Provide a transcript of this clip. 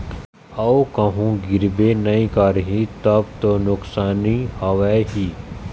अऊ कहूँ गिरबे नइ करही तब तो नुकसानी हवय ही